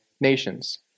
nations